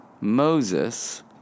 Moses